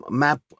map